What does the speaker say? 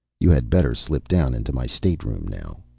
you had better slip down into my stateroom now,